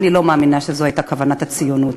ואני לא מאמינה שזאת הייתה כוונת הציונות.